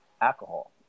alcohol